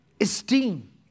esteem